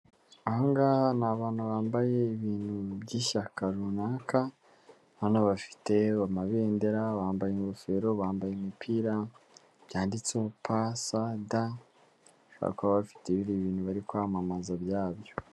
Aha ngaha ni abantu bambaye ibintu by'ishyaka runaka, urabona bafite amabendera, bambaye ingofero, bambaye imipira byanditseho Pa, Sa, Da, bashobora kuba bafite ibindi bintu bari kwamamaza byabyo.